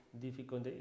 difficult